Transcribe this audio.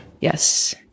Yes